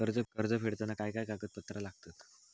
कर्ज फेडताना काय काय कागदपत्रा लागतात?